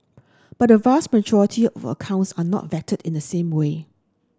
but a vast majority of accounts are not vetted in the same way